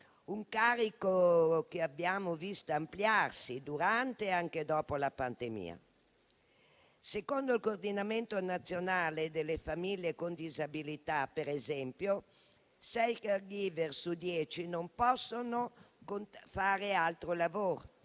un carico che abbiamo visto ampliarsi durante e anche dopo la pandemia. Secondo il Coordinamento nazionale delle famiglie con disabilità, per esempio, sei *caregiver* su dieci non possono fare altro lavoro,